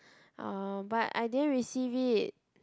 uh but I didn't receive it